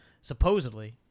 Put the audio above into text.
supposedly